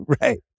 right